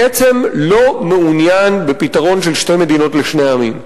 בעצם לא מעוניין בפתרון של שתי מדינות לשני עמים.